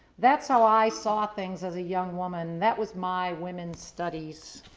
that's how i saw things as a young woman. that was my women's studies.